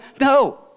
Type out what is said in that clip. No